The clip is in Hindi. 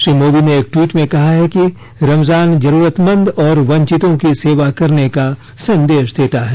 श्री मोदी ने एक ट्वीट में कहा है कि रमजान जरूरतमंद और वंचितों की सेवा करने का संदेश देता है